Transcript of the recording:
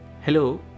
Hello